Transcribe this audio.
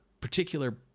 particular